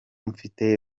mfite